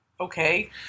okay